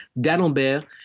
D'Alembert